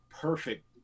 perfect